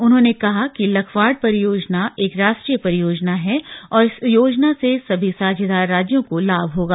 उन्होंने कहा कि लखवाड़ परियोजना एक राष्ट्रीय परियोजना है और इस योजना से सभी साझेदार राज्यों को लाभ होगा